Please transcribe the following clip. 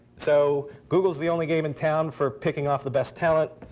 so google is the only game in town for picking off the best talent.